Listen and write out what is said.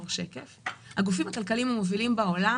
הגופים הכלכליים המובילים בעולם